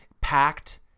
packed